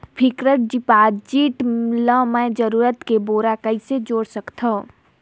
Fixed deposit ल मैं जरूरत के बेरा कइसे तोड़ सकथव?